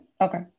okay